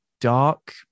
dark